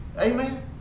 Amen